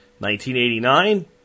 1989